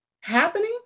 happening